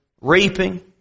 Reaping